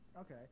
Okay